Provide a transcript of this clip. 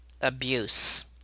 abuse